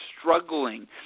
struggling